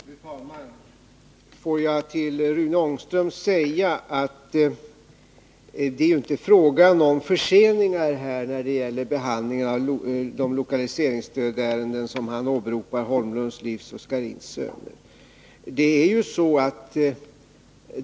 Fru talman! Får jag till Rune Ångström säga att det inte är fråga om förseningar när det gäller behandlingen av de lokaliseringsärenden som han åberopar, nämligen Holmlunds Livsmedel och Scharins Söner.